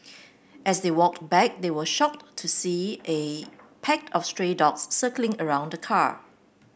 as they walked back they were shocked to see A pack of stray dogs circling around the car